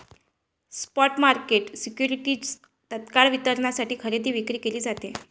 spot market सिक्युरिटीजची तत्काळ वितरणासाठी खरेदी विक्री केली जाते